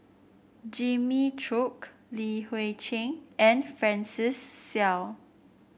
Jimmy Chok Li Hui Cheng and Francis Seow